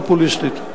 פופוליסטית.